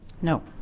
No